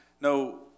no